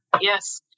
Yes